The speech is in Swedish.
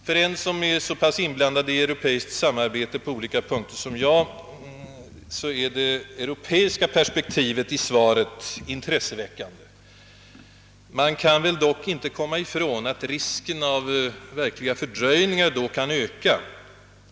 För den som är så pass inblandad i europeiskt samarbete på olika punkter som jag är det europeiska perspektivet i svaret intresseväckande. Man kan dock inte komma ifrån att risken för verkliga fördröjningar därigenom kan öka.